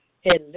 Hello